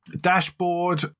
Dashboard